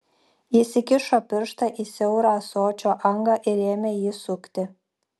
jis įkišo pirštą į siaurą ąsočio angą ir ėmė jį sukti